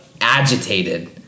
agitated